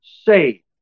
saved